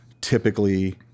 typically